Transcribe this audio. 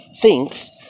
thinks